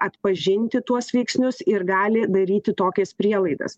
atpažinti tuos veiksnius ir gali daryti tokias prielaidas